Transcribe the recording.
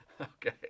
okay